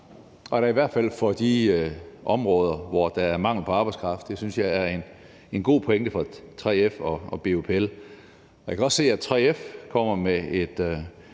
da i hvert fald på de områder, hvor der er mangel på arbejdskraft. Det synes jeg er en god pointe fra 3F og BUPL. Jeg kan også se, at 3F kommer med et